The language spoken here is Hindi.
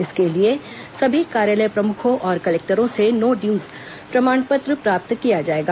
इसके लिए सभी कार्यालय प्रमुखों और कलेक्टरों से नो ड्यूज प्रमाण पत्र प्राप्त किया जाएगा